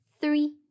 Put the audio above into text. three